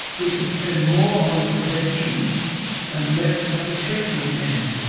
we could spend more on prevention and less at the treatment end.